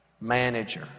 manager